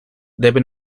deben